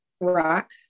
Rock